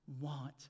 want